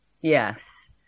Yes